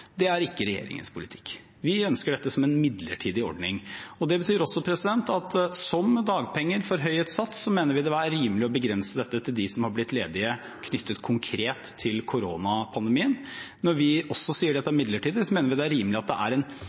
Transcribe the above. Det er ikke regjeringens politikk. Vi ønsker dette som en midlertidig ordning. Det betyr også at som med dagpenger, forhøyet sats, mener vi det vil være rimelig å begrense det til dem som er blitt ledige knyttet konkret til koronapandemien. Når vi også sier at dette er midlertidig, mener vi det er rimelig at det er en